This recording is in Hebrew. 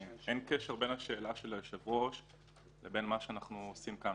אין קשר בין השאלה של היושב-ראש לבין מה שאנחנו עושים כאן.